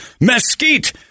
Mesquite